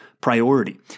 priority